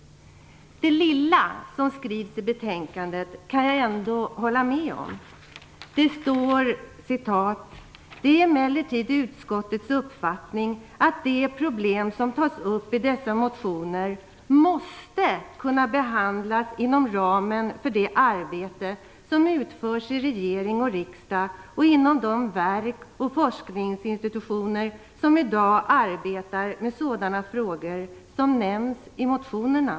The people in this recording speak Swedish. Det lilla som skrivs i betänkandet kan jag ändå hålla med om. Det står t.ex.: "Det är emellertid utskottets uppfattning att de problem som tas upp i dessa motioner måste kunna behandlas inom ramen för det arbete som utförs i regering och riksdag och inom de verk och forskningsinstitutioner som i dag arbetar med sådana frågor som nämns i motionerna."